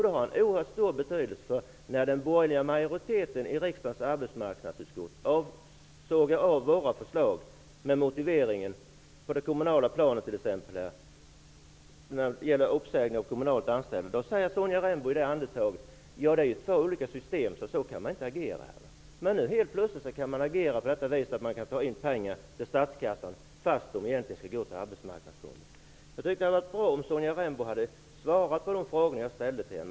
Det har en oerhört stor betydelse. Den borgerliga majoriteten i riksdagens arbetsmarknadsutskott sågar av våra förslag t.ex. när det gäller uppsägningar av kommunalt anställda. Sonja Rembo säger att det är två olika system och att man inte kan agera så. Men nu kan man helt plötsligt ta in pengar till statskassan fast de egentligen skall gå till Arbetsmarknadsfonden. Det hade varit bra om Sonja Rembo hade svarat på de frågor jag ställde till henne.